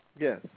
Yes